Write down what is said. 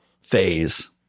phase